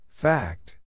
Fact